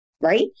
right